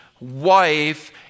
wife